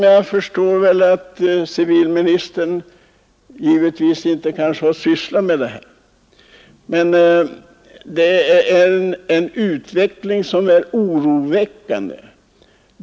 Jag förstår väl att civilministern kanske inte har sysslat med sådana vardagliga ärenden, men detta är en utveckling som är oroväckande.